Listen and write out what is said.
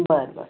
बरं बरं